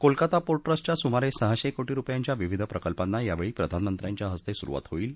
Kolkata port टस्टच्या सुमारे सहाशे कोटी रुपयांच्या विविध प्रकल्पांना यावेळी प्रधानमंत्र्यांच्या हस्ते सुरुवात होईल